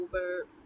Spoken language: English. over